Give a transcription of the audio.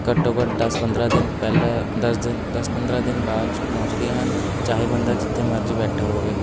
ਘੱਟੋ ਘੱਟ ਦਸ ਪੰਦਰਾਂ ਦਿਨ ਪਹਿਲਾਂ ਦਸ ਦਿਨ ਦਸ ਪੰਦਰਾਂ ਦਿਨ ਬਾਅਦ 'ਚ ਪਹੁੰਚਦੀਆਂ ਹਨ ਚਾਹੇ ਬੰਦਾ ਜਿੱਥੇ ਮਰਜ਼ੀ ਬੈਠਾ ਹੋਵੇ